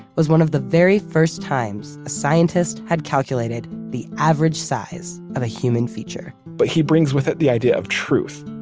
was one of the very first times a scientist had calculated the average size of a human feature but he brings with it the idea of truth,